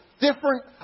Different